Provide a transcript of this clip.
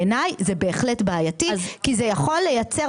בעיניי זה בהחלט בעייתי כי זה יכול לייצר